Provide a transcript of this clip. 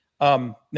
Now